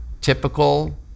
Typical